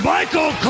Michael